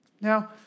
Now